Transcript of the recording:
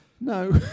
No